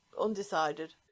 undecided